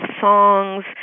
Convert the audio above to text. songs